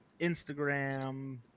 Instagram